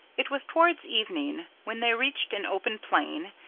it was towards evening when they reached an open plain,